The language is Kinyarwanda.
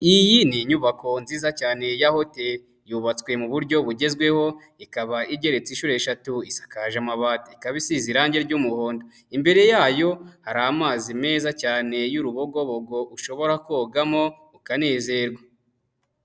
Iyi ni inyubako nziza cyane ya hoteri yubatswe mu buryo bugezweho ikaba igeretse inshuro eshatu isakaje amabati, ikaba isize irange ry'umuhondo, imbere yayo hari amazi meza cyane y'urubogobogo ushobora kogamo ukanezerwa.